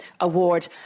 award